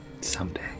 someday